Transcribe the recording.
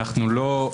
אנחנו לא,